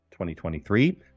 2023